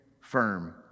firm